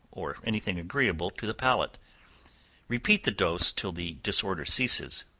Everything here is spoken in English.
or any thing agreeable to the palate repeat the dose till the disorder ceases,